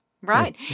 right